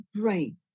brain